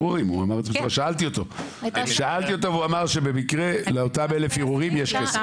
כבר שאלתי אותו והוא אמר שבמקרה לאותם 1,000 ערעורים יש כסף.